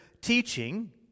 teaching